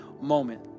moment